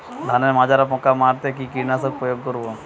ধানের মাজরা পোকা মারতে কি কীটনাশক প্রয়োগ করব?